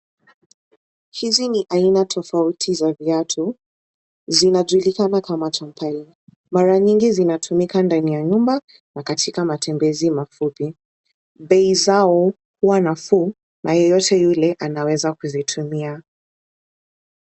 Hizi ni aina tofauti za viatu, zinajulikana kama champali. Mara nyingi zinatumika ndani ya nyumba na katika matembezi mafupi. Bei zao huwa nafuu na yeyote yule anaweza kuzitumia.